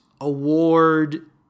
Award